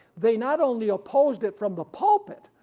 they not only opposed it from the pulpit,